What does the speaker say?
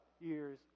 years